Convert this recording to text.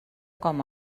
com